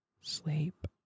sleep